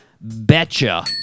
Betcha